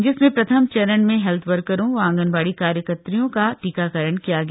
जिसमे प्रथम चरण में हेल्थ वर्करो व आंगनबाड़ी कार्यकत्रियो का टीकाकरण किया गया